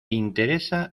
interesa